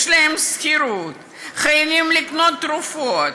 יש להם שכירות, הם חייבים לקנות תרופות.